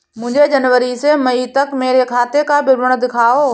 मुझे जनवरी से मई तक मेरे खाते का विवरण दिखाओ?